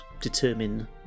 determine